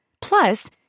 Plus